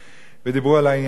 ודיברו על העניין הזה,